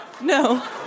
No